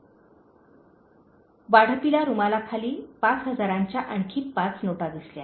" वेट्रेसला रुमालाखाली पाच हजारांच्या आणखी पाच नोटा सापडल्या